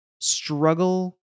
struggle